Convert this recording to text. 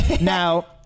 Now